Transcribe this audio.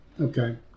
Okay